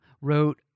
wrote